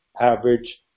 average